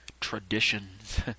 Traditions